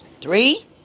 three